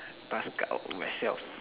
pass card of myself